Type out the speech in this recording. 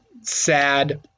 sad